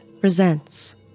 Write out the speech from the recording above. presents